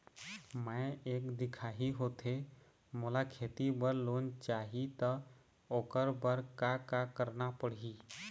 मैं एक दिखाही होथे मोला खेती बर लोन चाही त ओकर बर का का करना पड़ही?